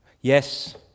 Yes